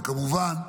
וכמובן,